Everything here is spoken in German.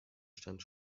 stand